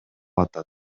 атат